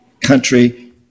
country